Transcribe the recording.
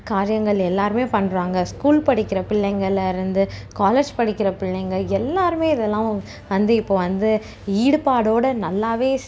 காரியங்கள் எல்லாரும் பண்ணுறாங்க ஸ்கூல் படிக்கிற பிள்ளைங்களில் இருந்து காலேஜ் படிக்கிற பிள்ளைங்கள் எல்லாரும் இதெல்லாம் வந்து இப்போ வந்து ஈடுபாடோடு நல்லாவே